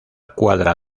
cuadra